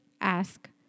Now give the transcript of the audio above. ask